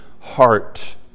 heart